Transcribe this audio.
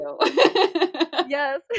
yes